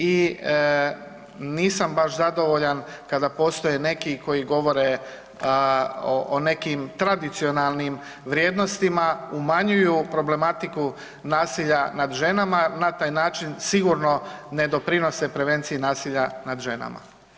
I nisam baš zadovoljan kada postoje neki koji govore o nekim tradicionalnim vrijednostima, umanjuju problematiku nasilja nad ženama na taj način sigurno ne doprinose prevenciji nasilja nad ženama.